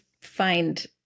find